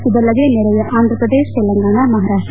ಇದಲ್ಲದೆ ನೆರೆಯ ಆಂಧಪ್ರದೇಶ ತೆಲಂಗಾಣ ಮಹಾರಾಷ್ಟ